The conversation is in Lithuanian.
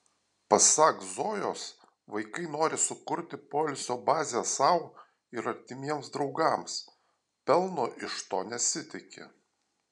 pasak zojos vaikai nori sukurti poilsio bazę sau ir artimiems draugams pelno iš to nesitiki